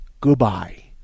goodbye